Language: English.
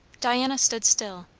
diana stood still,